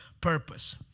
purpose